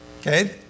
okay